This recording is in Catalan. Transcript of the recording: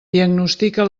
diagnostica